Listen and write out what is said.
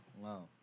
Wow